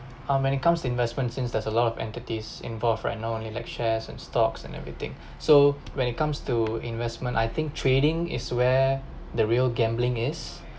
how many comes investments since there's a lot of entities involved right now only like shares and stocks and everything so when it comes to investment I think trading is where the real gambling is